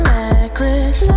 reckless